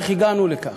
איך הגענו לכך?